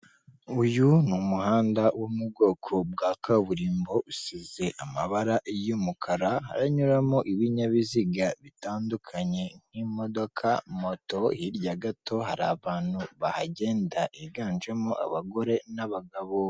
Uyu ni umuhanda wo mu bwoko bwa kaburimbo usize amabara y'umukara haranyuramo ibinyabiziga bitandukanye nk'imodoka, moto, hirya gato hari abantu bahagenda higanjemo abagore n'abagabo.